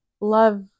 love